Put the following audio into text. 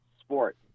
sport